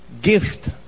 gift